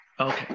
Okay